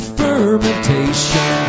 fermentation